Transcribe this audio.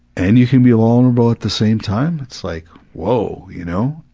and you can be vulnerable at the same time? it's like whoa, you know,